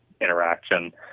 interaction